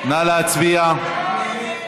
נא להצביע.